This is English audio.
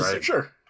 Sure